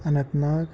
Anant Nag